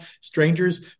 strangers